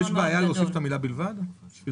יש בעיה להוסיף את המילה "בלבד" כדי